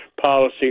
policy